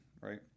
right